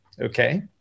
okay